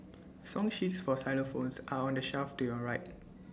song sheets for xylophones are on the shelf to your right